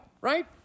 right